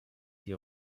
die